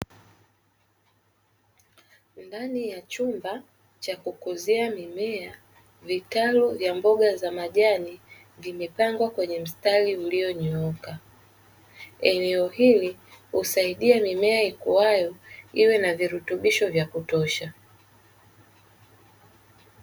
Ndani ya chumba cha kukuzia mimea, vitalu vya mboga za majani vimepangwa kwenye mstari ulionyooka. Eneo hili husaidia mimea ikuayo iwe na virutubisho vya kutosha.